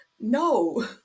No